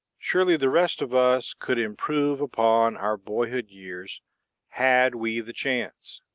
surely the rest of us could improve upon our boyhood years had we the chance.